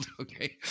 Okay